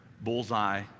bullseye